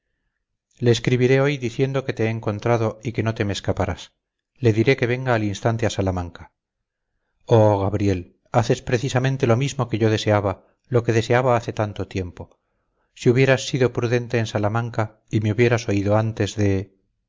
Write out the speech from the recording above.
mí le escribiré hoy diciendo que te he encontrado y que no te me escaparás le diré que venga al instante a salamanca oh gabriel haces precisamente lo mismo que yo deseaba lo que deseaba hace tanto tiempo si hubieras sido prudente en salamanca y me hubieras oído antes de